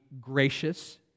gracious